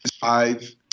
five